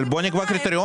אבל בוא נקבע קריטריונים.